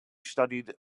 studied